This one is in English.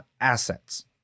assets